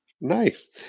Nice